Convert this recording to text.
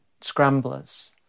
scramblers